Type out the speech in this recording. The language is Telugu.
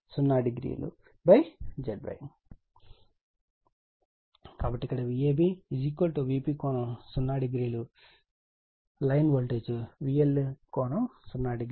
కాబట్టి ఇక్కడ Vab Vp ∠00 line voltage VL ∠00 అని వ్రాస్తాము